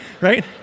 right